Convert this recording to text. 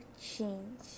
change